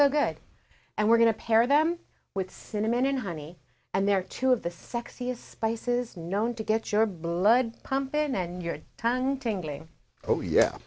so good and we're going to pair them with cinnamon and honey and they're two of the sexiest spices known to get your blood pumping and your tongue tingling oh yeah